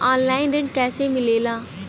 Online ऋण कैसे मिले ला?